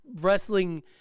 wrestling